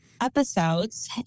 episodes